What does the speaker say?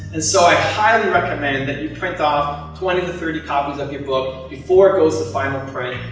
and so, i highly recommend that you print off twenty to thirty copies of your book, before it goes ah final print,